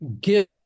give